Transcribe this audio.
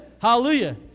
Hallelujah